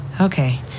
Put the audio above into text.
okay